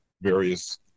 various